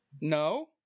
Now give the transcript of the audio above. no